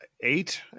Eight